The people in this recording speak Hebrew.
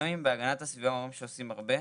גם אם במשרד להגנת הסביבה אומרים שהם עושים הרבה,